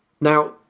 Now